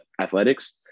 athletics